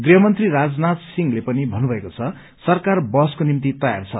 गृहमन्त्री राजनाथ सिंहले पनि भन्नुभएको छ सरकार बहसको निम्ति तयार छ